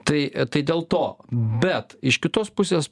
tai tai dėl to bet iš kitos pusės